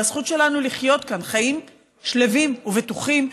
הזכות שלנו לחיות כאן חיים שלווים ובטוחים,